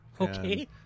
Okay